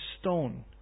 stone